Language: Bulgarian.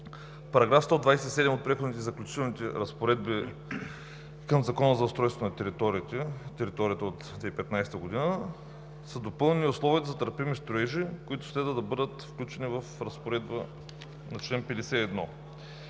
че в § 127 от Преходните и заключителните разпоредби към Закона за устройство на територията от 2015 г. са допълнени условията за търпими строежи, които следва да бъдат включени в разпоредба на чл. 51.